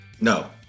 No